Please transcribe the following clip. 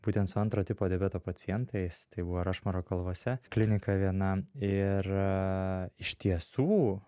būtent su antro tipo diabeto pacientais tai buvo rašmoro kalvose klinika viena ir iš tiesų